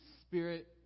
spirit